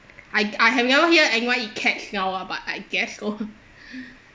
I I have never hear anyone eat cats now ah but I guess lor